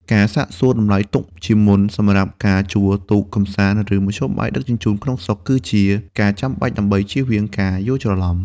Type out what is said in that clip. ការសាកសួរតម្លៃទុកជាមុនសម្រាប់ការជួលទូកកម្សាន្ត ឬមធ្យោបាយដឹកជញ្ជូនក្នុងស្រុក គឺជាការចាំបាច់ដើម្បីជៀសវាងការយល់ច្រឡំ។